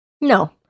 No